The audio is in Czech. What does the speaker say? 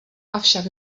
avšak